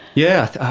yes,